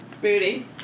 Booty